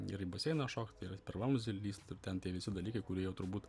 ir į baseiną šokt ir per vamzdį lįst ir ten tie visi dalykai kurie jau turbūt